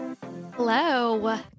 Hello